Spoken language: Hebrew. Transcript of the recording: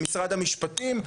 ומשרד המשפטים,